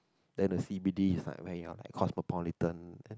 then the C_D_B is like where you're like cosmopolitan